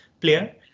player